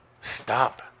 Stop